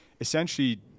essentially